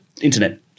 internet